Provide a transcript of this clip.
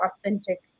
authentic